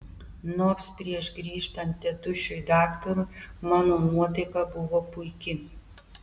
nors prieš grįžtant tėtušiui daktarui mano nuotaika buvo puiki